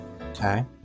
Okay